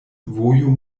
vojo